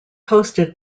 hosted